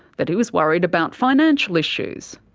that he was worried about financial issues,